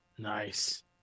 Nice